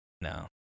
No